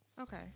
Okay